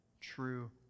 true